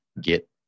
get